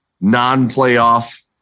non-playoff